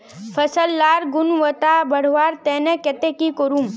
फसल लार गुणवत्ता बढ़वार केते की करूम?